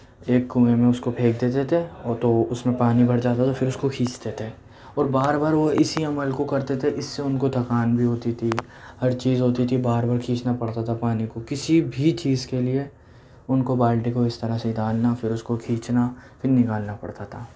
ایک کنویں میں اس کو پھینک دیتے تھے اور تو اس میں پانی بھر جاتا تھا تو پھر اس کو کھینچتے تھے اور بار بار وہ اسی عمل کو کرتے تھے اس سے ان کو تھکان بھی ہوتی تھی ہر چیز ہوتی تھی بار بار کھینچنا پڑتا تھا پانی کو کسی بھی چیز کے لیے ان کو بالٹی کو اس طرح سے ڈالنا پھر اس کو کھینچنا پھر نکالنا پڑتا تھا